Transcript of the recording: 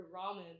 ramen